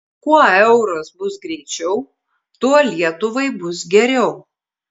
kuo euras bus greičiau tuo lietuvai bus geriau